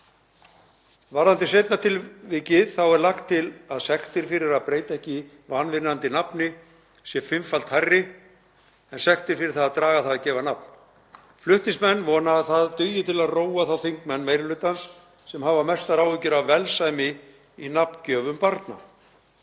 Varðandi seinna tilvikið er lagt til að sektir fyrir að breyta ekki vanvirðandi nafni séu fimmfalt hærri en sektir fyrir það að draga það að gefa nafn. Flutningsmenn vona að það dugi til að róa þá þingmenn meiri hlutans sem hafa mestar áhyggjur af velsæmi í nafngjöfum barna.